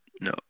No